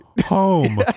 home